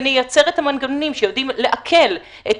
ונייצר את המנגנונים שיודעים לעכל את